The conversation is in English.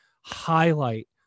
highlight